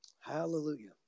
Hallelujah